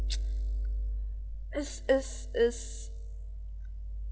it's it's it's